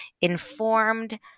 informed